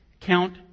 count